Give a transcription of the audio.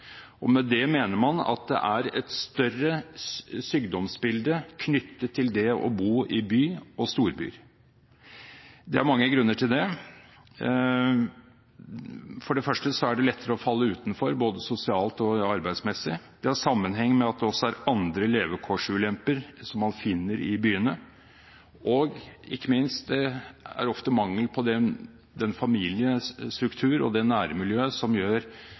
Med det mener man at det er et større sykdomsbilde knyttet til det å bo i byer og storbyer. Det er mange grunner til det. For det første er det lettere å falle utenfor, både sosialt og arbeidsmessig. Det har også sammenheng med at man finner andre levekårsulemper i byene, ikke minst den mangelen det ofte er på den familiestrukturen og det nærmiljøet som gjør